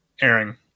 airing